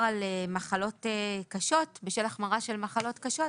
על מחלות קשות בשל החמרה של מחלות קשות,